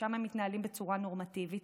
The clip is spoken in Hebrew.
ושם הם מתנהלים בצורה נורמטיבית.